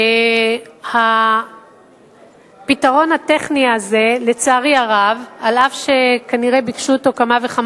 לא היתה אלי שום פנייה שיש עיכוב כלשהו או אי-אישור או איזו